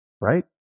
Right